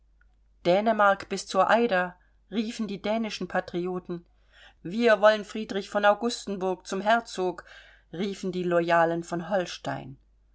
dänemark bis zur eider riefen die dänischen patrioten wir wollen friedrich von augustenburg zum herzog riefen die loyalen von holstein